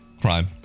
crime